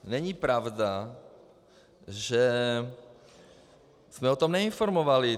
Není pravda, že jsme o tom neinformovali.